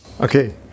Okay